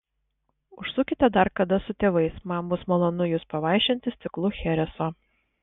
užsukite dar kada su tėvais man bus malonu jus pavaišinti stiklu chereso